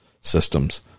systems